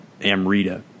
Amrita